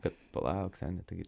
kad palauk seni tai